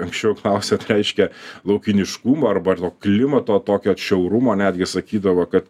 anksčiau klausėt reiškia laukiniškumo arba klimato tokio atšiaurumo netgi sakydavo kad